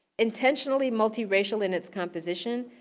intentionally multi-racial in its composition,